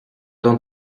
dans